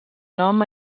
nom